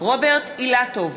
רוברט אילטוב,